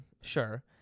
sure